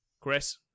Chris